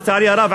לצערי הרב,